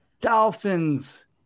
dolphins